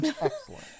Excellent